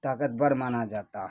طاقتور مانا جاتا